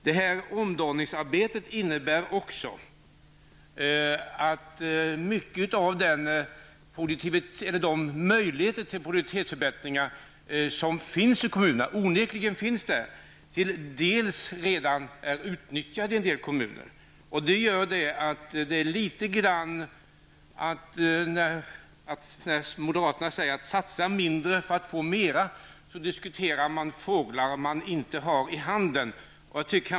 Beträffande omdaningsarbetet kan man säga att många möjligheter till produktivitetsförbättringar onekligen finns i kommunerna, men i en del kommuner är de redan utnyttjade. När moderaterna säger att man skall satsa mindre för att få mera är det som om man skulle diskutera om fåglar som man inte har i handen.